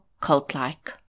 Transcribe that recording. cult-like